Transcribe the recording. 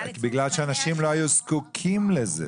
בגלל שאנשים לא היו זקוקים לזה.